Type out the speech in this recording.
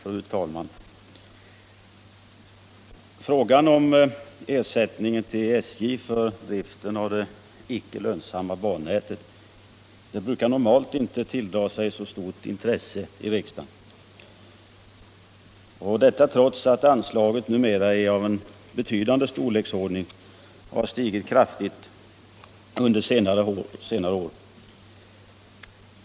Fru talman! Frågan om ersättningen till SJ för driften av det icke lönsamma bannätet brukar normalt inte tilldra sig så stort intresse i riks dagen, trots att anslaget under senare år stigit till en betydande storlek.